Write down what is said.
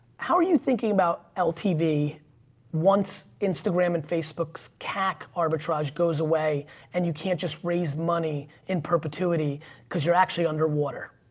how are you thinking about ltv once instagram and facebook's cac arbitrage goes away and you can't just raise money in perpetuity because you're actually underwater.